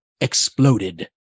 exploded